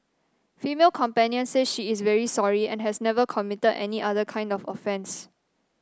female companion says she is very sorry and has never committed any other kind of offence